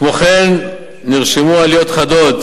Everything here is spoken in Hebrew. כמו כן, נרשמו עליות חדות